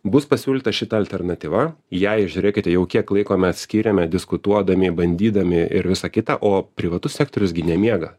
bus pasiūlyta šita alternatyva jei žiūrėkite jau kiek laiko mes skiriame diskutuodami bandydami ir visa kita o privatus sektorius gi nemiega